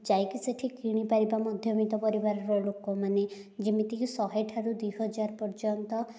ଯାଇକି ସେଇଠି କିଣି ପାରିବା ମଧ୍ୟବିତ୍ତ ପରିବାରର ଲୋକମାନେ ଯେମିତିକି ଶହେଠାରୁ ଦୁଇହଜାର ପର୍ଯ୍ୟନ୍ତ